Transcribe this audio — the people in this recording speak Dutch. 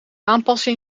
aanpassen